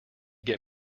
get